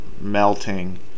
melting